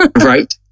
Right